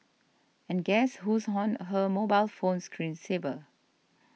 and guess who's on her mobile phone screen saver